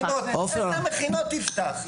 שמכירה את מערכת החינוך הכי טוב,